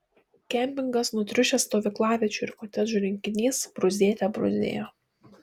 kempingas nutriušęs stovyklaviečių ir kotedžų rinkinys bruzdėte bruzdėjo